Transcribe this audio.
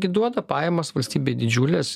gi duoda pajamas valstybei didžiules